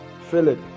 Philip